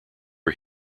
are